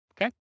okay